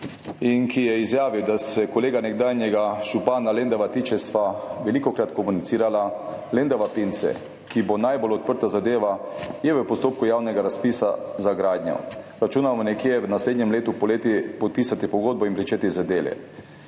ki je izjavil: »Kar se kolega nekdanjega župana Lendava tiče, sva velikokrat komunicirala. Lendava–Pince, ki bo najbolj odprta zadeva, je v postopku javnega razpisa za gradnjo. Računamo nekje v naslednjem letu poleti podpisati pogodbo in pričeti zadeve.